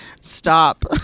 Stop